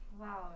Wow